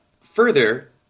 Further